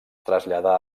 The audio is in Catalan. traslladà